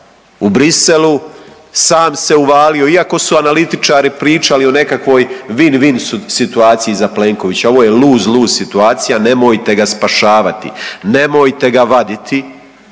u Bruxellesu, sam se uvalio iako su analitičari pričali o nekakvoj win-win situaciji za Plenkovića. Ovo je lose-lose situacija nemojte ga spašavati, nemojte ga vaditi